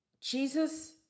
Jesus